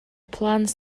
plans